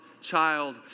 child